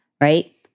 right